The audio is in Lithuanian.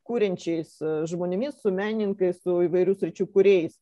kuriančiais žmonėmis su menininkais tų įvairių sričių kūrėjais